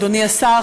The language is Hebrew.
אדוני השר,